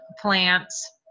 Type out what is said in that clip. plants